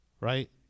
right